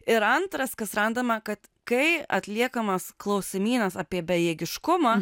ir antras kas randama kad kai atliekamas klausimynas apie bejėgiškumą